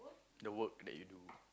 the work that you do